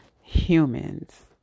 humans